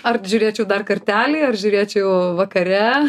ar žiūrėčiau dar kartelį ar žiūrėčiau vakare